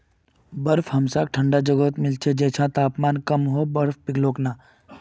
बर्फ हमसाक ठंडा जगहत मिल छेक जैछां तापमान बहुत कम होके आर बर्फ पिघलोक ना